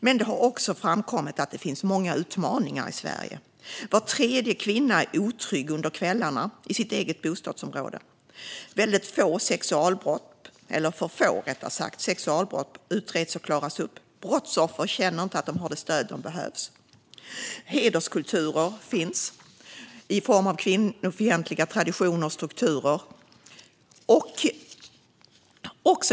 Men det har också framkommit att det finns många utmaningar i Sverige. Var tredje kvinna är otrygg under kvällarna i sitt eget bostadsområde. För få sexualbrott utreds och klaras upp. Brottsoffer känner inte att de får det stöd de behöver. Hederskultur finns i form av kvinnofientliga traditioner och strukturer.